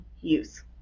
use